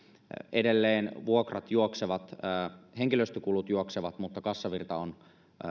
edelleen vuokrat juoksevat henkilöstökulut juoksevat mutta kassavirta on